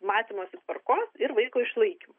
matymosi tvarkos ir vaiko išlaikymo